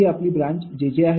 ही आपली branch jj आहे